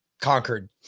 conquered